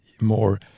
more